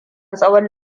tsawon